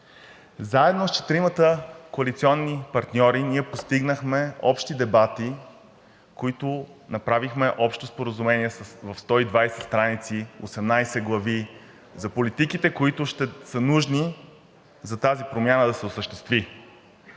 Заедно с четиримата коалиционни партньори ние постигнахме общи дебати, в които направихме общо споразумение в 120 страници, 18 глави за политиките, които ще са нужни тази промяна да се осъществи.